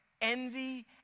Envy